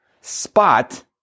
spot